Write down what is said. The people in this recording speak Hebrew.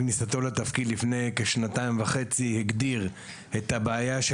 עם כניסתו לתפקיד לפני כשנתיים וחצי הגדיר את הבעיה של